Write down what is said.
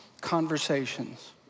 conversations